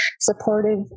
supportive